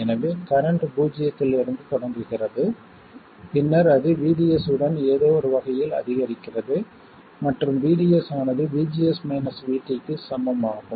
எனவே கரண்ட் பூஜ்ஜியத்தில் இருந்து தொடங்குகிறது பின்னர் அது VDS உடன் ஏதோ ஒரு வகையில் அதிகரிக்கிறது மற்றும் VDS ஆனது VGS மைனஸ் VT க்கு சமம் ஆகும்